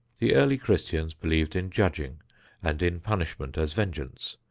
the early christians believed in judging and in punishment as vengeance,